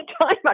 time